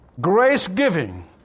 Grace-giving